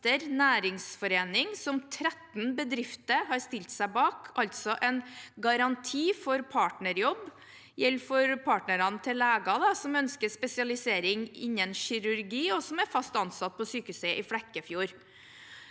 Næringsforening som 13 bedrifter har stilt seg bak, altså en garanti for partnerjobb. Det gjelder for partnerne til leger som ønsker spesialisering innen kirurgi, og som er fast ansatt på sykehuset i Flekkefjord.